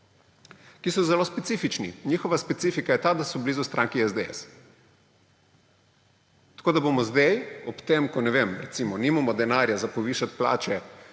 ki so zelo specifični. Njihova specifika je ta, da bo blizu stranki SDS. Tako da bomo zdaj ob tem, ko ne vem, recimo, nimamo denarja za povišati plače